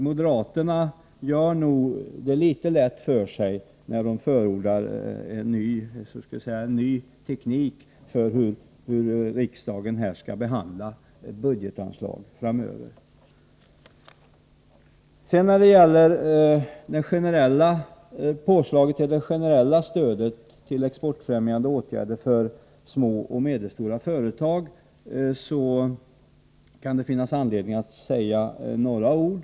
Moderaterna gör det nog litet lätt för sig när de förordar en ny teknik för hur riksdagen skall behandla budgetanslaget framöver. När det gäller det ökade generella stödet till exportfrämjande åtgärder för små och medelstora företag, kan det finnas anledning att säga några ord.